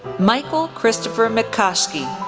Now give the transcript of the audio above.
michael christopher mutkoski,